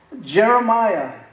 Jeremiah